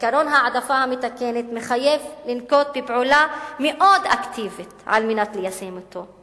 עקרון ההעדפה המתקנת מחייב לנקוט פעולה מאוד אקטיבית על מנת ליישם אותו.